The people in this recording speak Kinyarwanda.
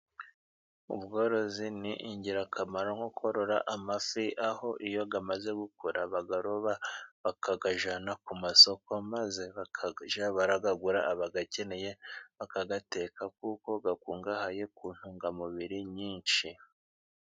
Ubworozi ni ingirakamaro nko korora amafi, aho iyo amaze gukura bayaroba bakayajyana ku masoko ,maze bakajya barayagura abayakeneye bakayateka kuko akungahaye ku ntungamubiri nyinshi.